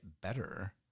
better